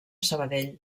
sabadell